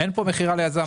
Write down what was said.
אין כאן מכירה ליזם.